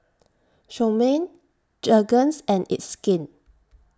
Chomel Jergens and It's Skin